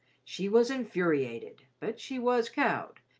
she was infuriated, but she was cowed.